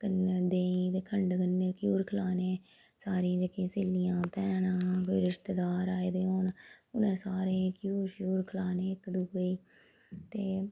कन्नै देहीं खंड कन्नै घ्यूर खलाने सारे जेह्कियां स्हेलियां भैनां कोई रिश्तेार आए दे होन उ'नें सारें घ्यूर श्यूर खलाने इक दुए गी ते